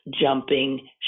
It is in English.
jumping